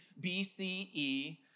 BCE